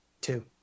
Two